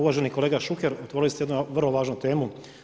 Uvaženi kolega Šuker, otvorili ste jednu vrlo važnu temu.